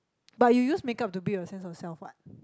but you use makeup to build your sense of self what